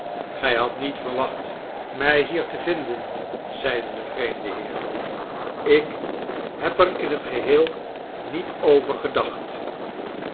gij hadt niet verwacht mij hier tevinden zeide de vreemde heer ik heb er in het geheel niet over gedacht